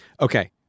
Okay